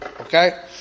Okay